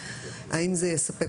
האם זה יספק?